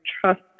trust